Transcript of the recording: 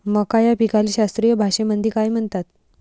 मका या पिकाले शास्त्रीय भाषेमंदी काय म्हणतात?